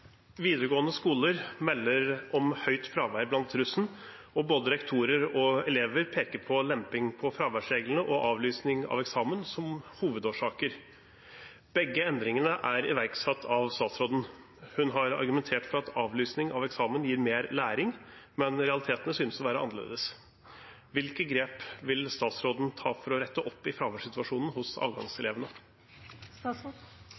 skoler melder om høyt fravær blant russen, og både rektorer og elever peker på lemping på fraværsreglene og avlysning av eksamen som hovedårsaker. Begge endringene er iverksatt av statsråden. Hun har argumentert for at avlysning av eksamen gir mer læring, men realitetene synes å være annerledes. Hvilke grep vil statsråden ta for å rette opp i fraværssituasjonen hos